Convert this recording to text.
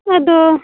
ᱟᱫᱚ